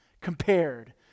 compared